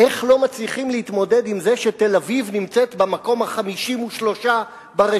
איך לא מצליחים להתמודד עם זה שתל-אביב נמצאת במקום ה-53 ברשימה?